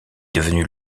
devenue